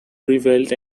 prevailed